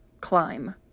climb